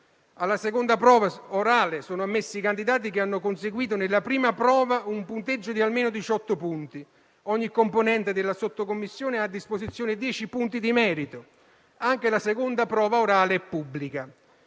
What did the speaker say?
Alla seconda prova orale sono ammessi i candidati che hanno conseguito nella prima prova un punteggio di almeno 18 punti. Ogni componente della sottocommissione ha a disposizione 10 punti di merito. Anche la seconda prova orale è pubblica